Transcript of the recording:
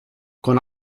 con